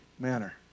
manner